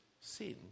sin